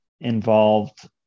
involved